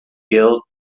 guilt